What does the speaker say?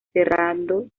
cerrando